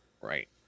right